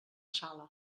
sala